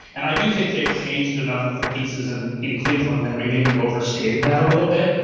and i do think they've changed enough of the pieces and in cleveland that we may be overstating that a little bit.